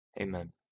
Amen